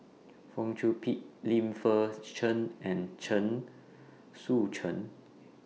Fong Chong Pik Lim Fei Shen and Chen Sucheng